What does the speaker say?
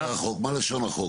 מה לשון החוק?